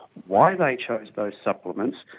why they chose those supplements,